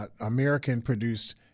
American-produced